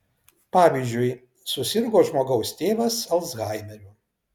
pavyzdžiui susirgo žmogaus tėvas alzhaimeriu